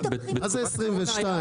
מה זה 2022?